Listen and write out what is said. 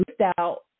out